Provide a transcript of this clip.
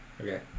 Okay